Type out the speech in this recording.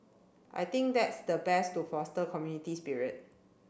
I think that's the best to foster community spirit